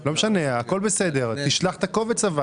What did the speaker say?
--- לא משנה, הכול בסדר, אבל תשלח את הקובץ.